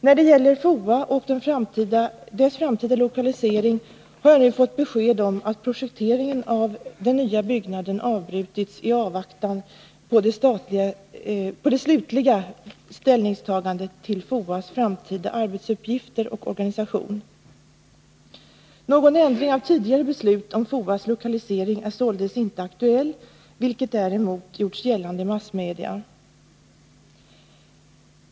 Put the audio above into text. När det gäller FOA och dess framtida lokalisering har jag nu fått besked om att projekteringen av den nya byggnaden avbrutits i avvaktan på det slutliga ställningstagandet till FOA:s framtida arbetsuppgifter och organisation. Någon ändring av tidigare beslut om FOA:s lokalisering är således inte aktuell — vilket däremot gjorts gällande i massmedia.